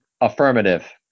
Affirmative